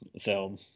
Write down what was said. film